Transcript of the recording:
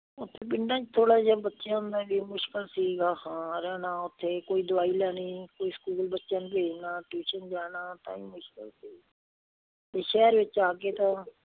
ਉੱਥੇ ਪਿੰਡਾਂ 'ਚ ਥੋੜ੍ਹਾ ਜਿਹਾ ਬੱਚਿਆਂ ਦਾ ਵੀ ਮੁਸ਼ਕਲ ਸੀਗਾ ਹੈ ਨਾ ਉੱਥੇ ਕੋਈ ਦਵਾਈ ਲੈਣੀ ਕੋਈ ਸਕੂਲ ਬੱਚਿਆਂ ਨੂੰ ਭੇਜਣਾ ਟਿਊਸ਼ਨ ਜਾਣਾ ਤਾਂ ਹੀ ਮੁਸ਼ਕਿਲ ਸੀ ਅਤੇ ਸ਼ਹਿਰ ਵਿੱਚ ਆ ਕੇ ਤਾਂ